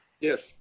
Yes